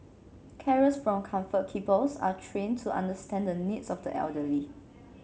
carers from Comfort Keepers are trained to understand the needs of the elderly